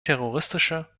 terroristische